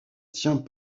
tient